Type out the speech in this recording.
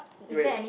wait